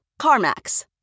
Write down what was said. CarMax